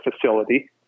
facility